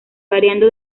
variando